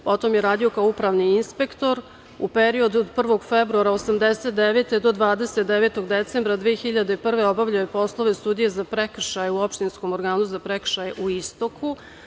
Potom je radio kao upravni inspektor u periodu od 1. februara 1989. do 29. decembra 2001. godine obavljao je poslove sudije za prekršaje u Opštinskom organu za prekršaje u Istoku.